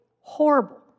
horrible